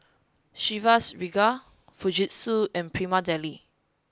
Chivas Regal Fujitsu and Prima Deli